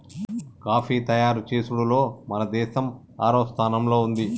coffee తయారు చేసుడులో మన దేసం ఆరవ స్థానంలో ఉంది